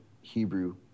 Hebrew